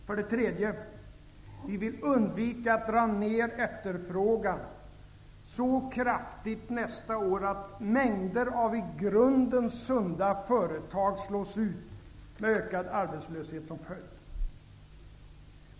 För det tredje: Vi vill undvika att dra ned efterfrågan så kraftigt nästa år att mängder av i grunden sunda företag slås ut med ökad arbetslöshet som följd.